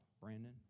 Brandon